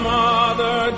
mother